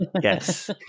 Yes